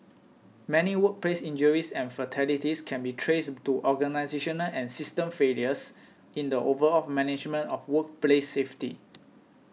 many workplace injuries and fatalities can be traced to organisational and system failures in the overall management of workplace safety